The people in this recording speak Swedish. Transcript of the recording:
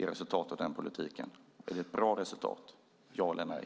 Är det ett bra resultat - ja eller nej?